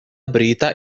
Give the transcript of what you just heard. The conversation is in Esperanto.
brita